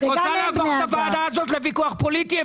את רוצה להביא את הוועדה הזאת לוויכוח פוליטי?